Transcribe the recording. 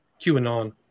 QAnon